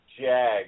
jag